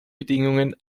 bedingungen